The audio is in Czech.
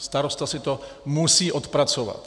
Starosta si to musí odpracovat.